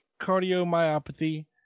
cardiomyopathy